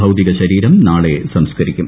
ഭൌതിക ശരീരം നാളെ സംസ്കരിക്കും